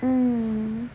mmhmm